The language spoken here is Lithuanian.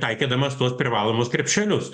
taikydamas tuos privalomus krepšelius